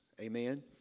Amen